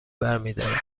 برمیدارد